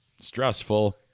stressful